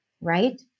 Right